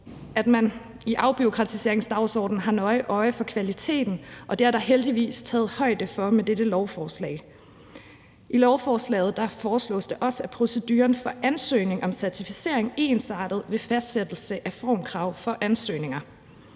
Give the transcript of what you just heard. at man på afbureaukratiseringsdagsordenen har nøje øje for kvaliteten, og det er der heldigvis taget højde for med dette lovforslag. Med lovforslaget foreslås det også, at proceduren for ansøgning om certificering ensartes ved fastsættelse af formkrav for ansøgninger.